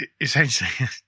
essentially